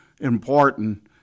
important